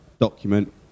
document